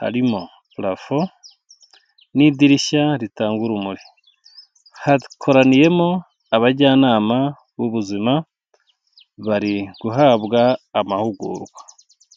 harimo purafo n'idirishya ritanga urumuri, hakoraniyemo abajyanama b'ubuzima bari guhabwa amahugurwa.